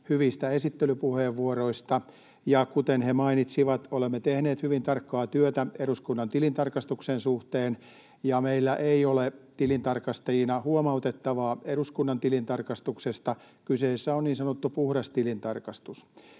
hyvistä esittelypuheenvuoroista, ja kuten he mainitsivat, olemme tehneet hyvin tarkkaa työtä eduskunnan tilintarkastuksen suhteen ja meillä ei ole tilintarkastajina huomautettavaa eduskunnan tilintarkastuksesta. Kyseessä on niin sanottu puhdas tilintarkastus.